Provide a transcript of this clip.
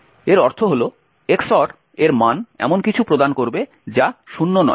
এর অর্থ হল EX OR এর মান এমন কিছু প্রদান করবে যা শূন্য নয়